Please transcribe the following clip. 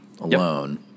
alone